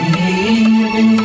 Baby